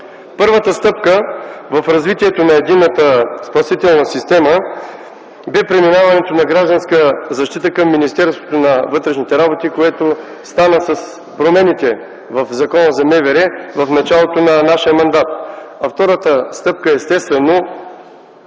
Първата стъпка в развитието на единната спасителна система бе преминаването на Гражданска защита към Министерството на вътрешните работи, което стана с промените в Закона за МВР в началото на нашия мандат. Втората стъпка, естествено,